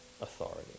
authority